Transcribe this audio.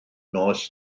nos